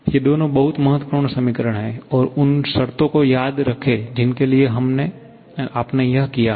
ये दोनों बहुत महत्वपूर्ण समीकरण हैं और उन शर्तों को याद रखें जिनके लिए आपने यह किया है